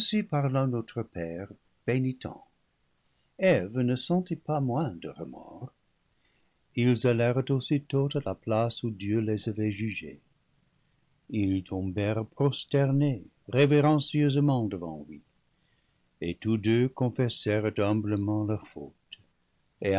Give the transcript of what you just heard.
parla notre père pénitent eve ne sentit pas moins de remords ils allèrent aussitôt à la place où dieu les avait jugés ils tombèrent prosternés révérencieusement devant lui et tous deux confessèrent humblement leur faute